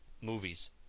movies